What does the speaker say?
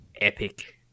Epic